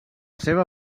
seva